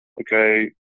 okay